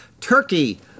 Turkey